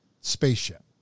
spaceship